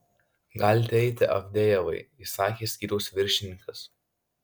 galite eiti avdejevai įsakė skyriaus viršininkas